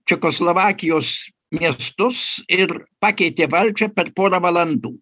čekoslovakijos miestus ir pakeitė valdžią per porą valandų